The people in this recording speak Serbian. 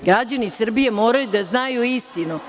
Građani Srbije moraju da znaju istinu.